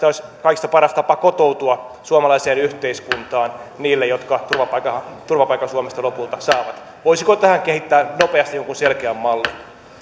olisi myös kaikista paras tapa kotoutua suomalaiseen yhteiskuntaan niille jotka turvapaikan suomesta lopulta saavat voisiko tähän kehittää nopeasti jonkun selkeän mallin